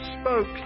spoke